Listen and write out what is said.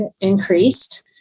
increased